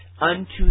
unto